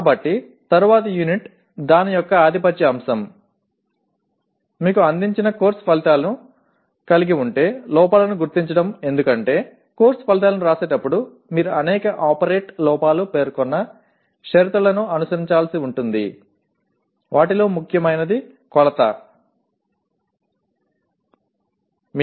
కాబట్టి తరువాతి యూనిట్ దాని యొక్క ఆధిపత్య అంశం మీకు అందించిన కోర్సు ఫలితాలను కలిగి ఉంటే లోపాలను గుర్తించడం ఎందుకంటే కోర్సు ఫలితాలను వ్రాసేటప్పుడు మీరు అనేక ఆపరేట్ లోపాలు పేర్కొన్న షరతులను అనుసరించాల్సి ఉంటుంది వాటిలో ముఖ్యమైనది కొలతమెజరబిలిటీ